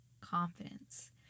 confidence